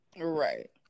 Right